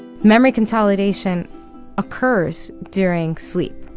memory consolidation occurs during sleep,